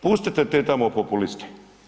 Pustite te tamo populiste.